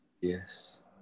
Yes